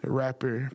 rapper